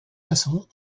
façon